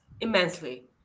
Immensely